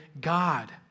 God